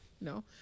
No